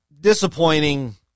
Disappointing